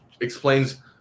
explains